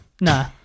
Nah